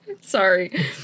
Sorry